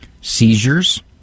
Seizures